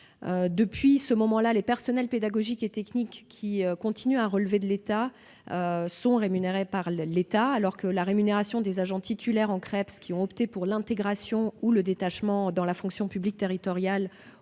Depuis lors, les personnels pédagogiques et techniques qui continuent à relever de l'État sont rémunérés par lui, alors que la rémunération des agents titulaires en Creps ayant opté pour l'intégration ou le détachement dans la fonction publique territoriale